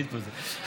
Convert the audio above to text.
אני הדפסתי,